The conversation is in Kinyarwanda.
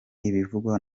ibivugwa